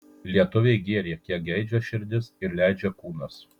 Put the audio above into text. lietuviai gėrė kiek geidžia širdis ir leidžia kūnas